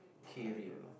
career